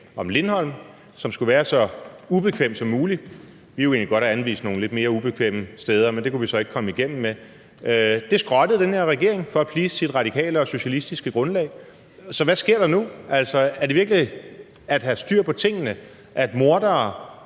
om Lindholm, da det skulle være så ubekvemt som muligt. Vi ville egentlig godt have anvist nogle lidt mere ubekvemme steder, men det kunne vi så ikke komme igennem med. Det skrottede den her regering for at please sit radikale og socialistiske grundlag. Så hvad sker der nu? Er det virkelig at have styr på tingene, at mordere